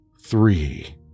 three